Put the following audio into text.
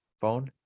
phone